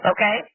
Okay